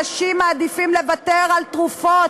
אנשים מעדיפים לוותר על תרופות,